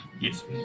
Yes